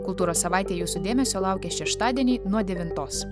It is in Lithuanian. kultūros savaitė jūsų dėmesio laukia šeštadienį nuo devintos